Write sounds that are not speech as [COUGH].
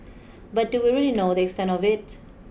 [NOISE] but do we really know the extent of it